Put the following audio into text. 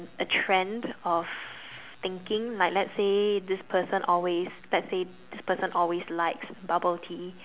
a trend of thinking like let's say this person always let's say this person always likes bubble tea